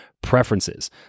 preferences